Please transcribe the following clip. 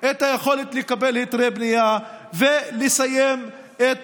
את היכולת לקבל היתרי בנייה ולסיים את